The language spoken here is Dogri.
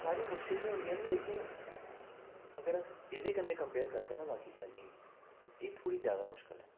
सारी मुशकल गै होंदियां न लेकिन अगर अस एह्दे कन्नै कम्पेयर करचै न बाकी शैलियें गी ते एह् थोह्ड़ी जादा मुश्कल ऐ